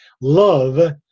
love